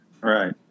Right